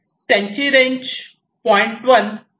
त्याची रेंज हवेत 0